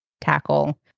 tackle